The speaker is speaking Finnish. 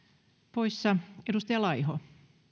poissa edustaja laiho